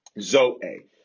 zoe